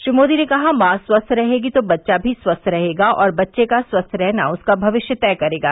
श्री मोदी ने कहा मां स्वस्थ रहेगी तो बच्चा भी स्वस्थ रहेगा और बच्चे का स्वस्थ रहना उसका भविष्य तय करेगा